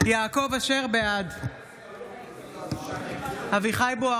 אשר, בעד אביחי אברהם